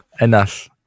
Enough